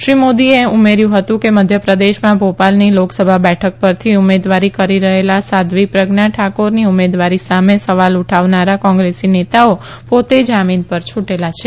શ્રી મોદીએ ઉમેર્યુ હતું કે મધ્ય પ્રદેશમાં ભોપાલની લોકસભા બેઠક પરથી ઉમેદવારી કરી રહેલાં સાધ્વી પ્રજ્ઞા ઠાકોરની ઉમેદવારી સામે સવાલ ઉઠાવનારા કોંગ્રેસી નેતાઓ પોતે જામીન પર છુટેલા છે